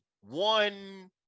one